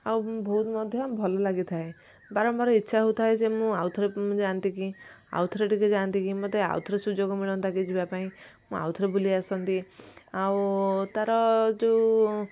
ଆଉ ବହୁତ ମଧ୍ୟ ଭଲ ଲାଗିଥାଏ ବାରମ୍ବାର ଇଛା ହଉଥାଏ ଯେ ମୁଁ ଆଉ ଥରେ ଯାଆନ୍ତି କି ଆଉ ଥରେ ଟିକେ ଯାଆନ୍ତି କି ମତେ ଆଉ ଥରେ ସୁଯୋଗ ମିଳନ୍ତାକି ଯିବା ପାଇଁ ମୁଁ ଆଉ ଥରେ ବୁଲିଆସନ୍ତି ଆଉ ତାର ଯେଉଁ